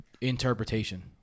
interpretation